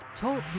Talk